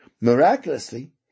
Miraculously